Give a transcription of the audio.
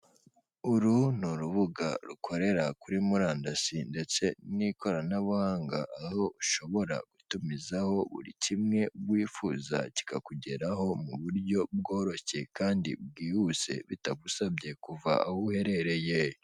Uru ni urubuga rukorera kuri murandasi ndetse n'ikoranabuhanga aho ushobora gutumizaho buri kimwe wifuza kikakugeraho muburyo bworoshye kandi bwihuse bitagusabye kuva aho uherereye.